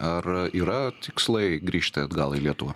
ar yra tikslai grįžti atgal į lietuvą